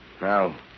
Now